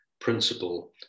principle